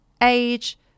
age